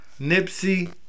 Nipsey